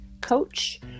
Coach